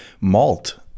Malt